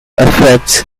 effects